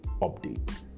update